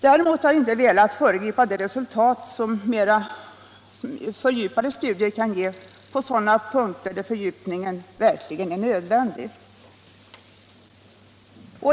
Däremot har vi inte velat föregripa de resultat som mera fördjupade studier kan ge på sådana punkter där fördjupningen verkligen är nödvändig.